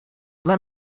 let